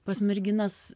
pas merginas